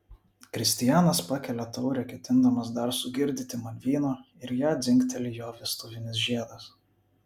kristijanas pakelia taurę ketindamas dar sugirdyti man vyno ir į ją dzingteli jo vestuvinis žiedas